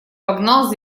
погнал